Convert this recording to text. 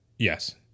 Yes